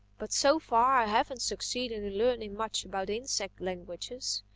but so far i haven't succeeded in learning much about insect languages.